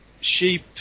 sheep